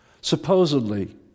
Supposedly